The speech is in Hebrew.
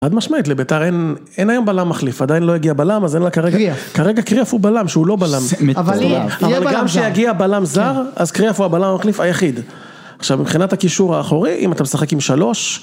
עד משמעית לבית"ר, אין היום בלם מחליף, עדיין לא הגיע בלם, אז אין לה כרגע.. -קריאף. כרגע קריאף הוא בלם, שהוא לא בלם באמת טוב אבל גם כשיגיע בלם זר, אז קריאף הוא הבלם המחליף היחיד. עכשיו מבחינת הכישור האחורי, אם אתה משחק עם שלוש